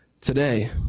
today